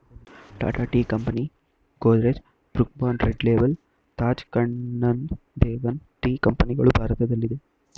Tata tea company, Godrej, Brooke Bond red label, Taj Kannan Devan tea ಕಂಪನಿಗಳು ಭಾರತದಲ್ಲಿದೆ